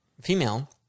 female